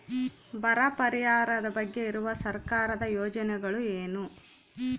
ಬರ ಪರಿಹಾರದ ಬಗ್ಗೆ ಇರುವ ಸರ್ಕಾರದ ಯೋಜನೆಗಳು ಏನು?